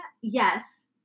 Yes